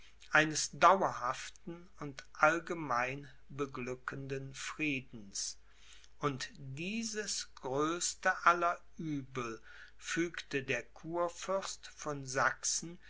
eines dauerhaften und allgemein beglückenden friedens und dieses größte aller uebel fügte der kurfürst von sachsen